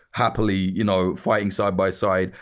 happily you know fighting side by side,